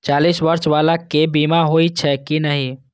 चालीस बर्ष बाला के बीमा होई छै कि नहिं?